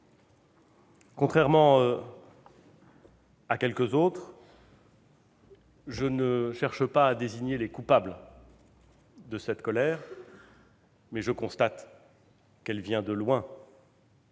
Contrairement à quelques autres, je ne cherche pas à désigner les coupables de cette colère, mais je constate qu'elle vient de loin,